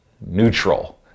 neutral